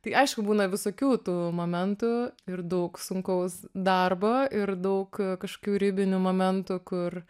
tai aišku būna visokių tų momentų ir daug sunkaus darbo ir daug kažkokių ribinių momentų kur